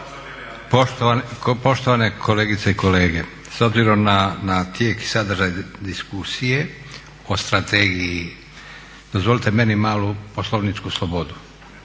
Poštovane kolegice i kolege, s obzirom na tijek i sadržaj diskusije o strategiji dozvolite meni malu poslovničku slobodu.